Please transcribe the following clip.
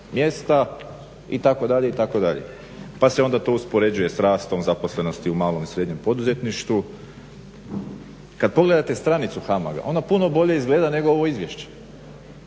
mjesta itd., itd. pa se onda to uspoređuje s rastom zaposlenosti u malom i srednjem poduzetništvu. Kad pogledate stranicu HAMAG-a ona puno bolje izgleda nego ovo izvješće.